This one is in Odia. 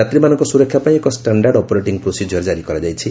ଯାତ୍ରୀମାନଙ୍କ ସୁରକ୍ଷା ପାଇଁ ଏକ ଷ୍ଟାଣ୍ଡାର୍ଡ ଅପରେଟିଂ ପ୍ରୋସିଜିଓର ଜାରି କରାଯାଇଛି